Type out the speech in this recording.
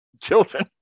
children